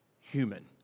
human